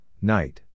night